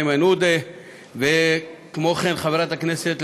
ובכנסת העשרים על-ידי חבר הכנסת איימן עודה וקבוצת חברי הכנסת,